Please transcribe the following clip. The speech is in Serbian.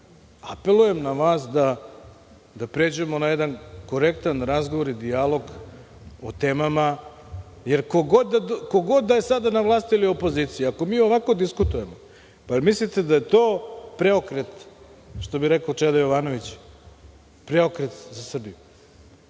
apelujem na vas da pređemo na jedan korektan razgovor i dijalog o temama, jer ko god da je sada na vlasti ili u opoziciji, ako mi ovako diskutujemo, pa da li mislite da je to preokret, što bi rekao Čeda Jovanović, preokret za Srbiju?